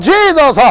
Jesus